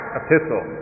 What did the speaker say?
epistle